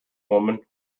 woman